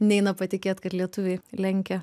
neina patikėt kad lietuviai lenkia